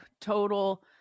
total